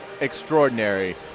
extraordinary